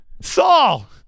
Saul